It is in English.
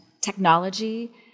technology